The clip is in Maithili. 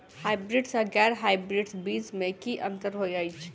हायब्रिडस आ गैर हायब्रिडस बीज म की अंतर होइ अछि?